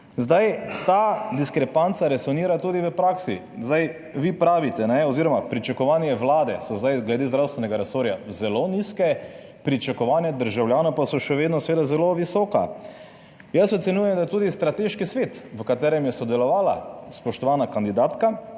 Zdaj, ta diskrepanca resonira tudi v praksi. Zdaj vi pravite oz. pričakovanje Vlade so zdaj glede zdravstvenega resorja zelo nizke, pričakovanja državljanov pa so še vedno seveda zelo visoka. Jaz ocenjujem, da je tudi strateški svet, v katerem je sodelovala spoštovana kandidatka,